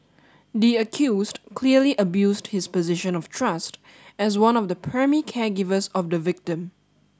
the accused clearly abused his position of trust as one of the primary caregivers of the victim